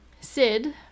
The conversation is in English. Sid